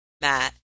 Matt